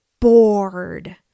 Bored